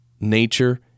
nature